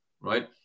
Right